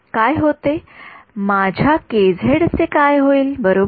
माझ्या चे काय होईल बरोबर